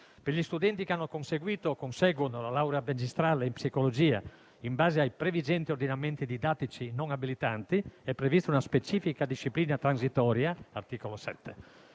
Per gli studenti che hanno conseguito o conseguiranno la laurea magistrale in psicologia in base ai previgenti ordinamenti didattici non abilitanti, è prevista una specifica disciplina transitoria (articolo 7).